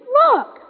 look